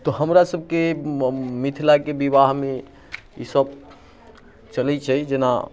तऽ हमरा सबकेँ मिथिलाके विवाहमे ई सब चलैत छै जेना